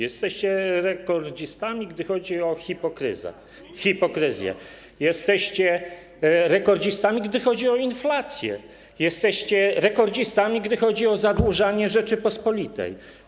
Jesteście rekordzistami, gdy chodzi o hipokryzję, jesteście rekordzistami, gdy chodzi o inflację, jesteście rekordzistami, gdy chodzi o zadłużanie Rzeczypospolitej.